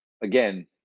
again